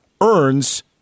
earns